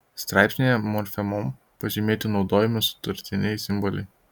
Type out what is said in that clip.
straipsnyje morfemom pažymėti naudojami sutartiniai simboliai